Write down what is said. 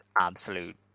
absolute